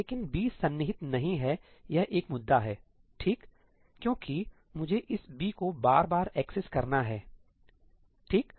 लेकिन B सन्निहित नहीं है यह एक मुद्दा है ठीक क्यों की मुझे इस B को बार बार एक्सेस करना हैठीक